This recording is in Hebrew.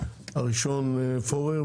הדובר הראשון הוא פורר,